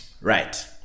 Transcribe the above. right